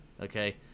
Okay